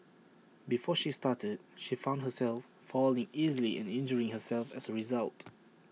before she started she found herself falling easily and injuring herself as A result